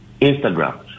Instagram